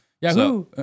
Yahoo